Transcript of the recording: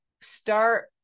start